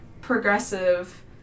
progressive